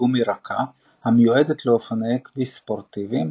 גומי רכה המיועדת לאופנועי כביש ספורטיביים,